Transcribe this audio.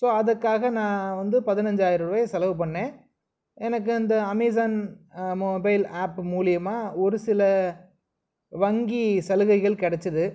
so அதக்காக நான் வந்து பதினைஞ்சாயிரம் ரூபாய செலவு பண்ணேன் எனக்கு அந்த அமேஸான் மொபைல் அப் மூலிமா ஒரு சில வங்கி சலுகைகள் கிடச்சிது